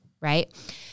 right